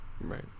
Right